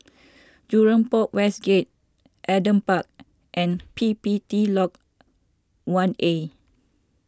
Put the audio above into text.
Jurong Port West Gate Adam Park and P P T Lodge one A